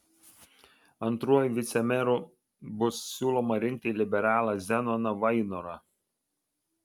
antruoju vicemeru bus siūloma rinkti liberalą zenoną vainorą